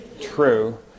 True